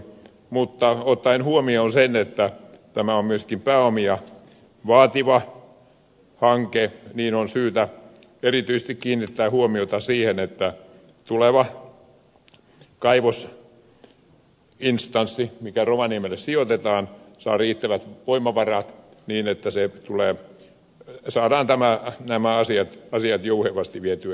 mutta ottaen huomioon sen että tämä on myöskin pääomia vaativa hanke on syytä erityisesti kiinnittää huomiota siihen että tuleva kaivosinstanssi mikä rovaniemelle sijoitetaan saa riittävät voimavarat niin että saadaan nämä asiat jouhevasti vietyä eteenpäin